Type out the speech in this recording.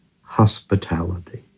hospitality